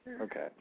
Okay